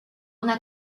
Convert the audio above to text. una